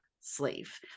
slave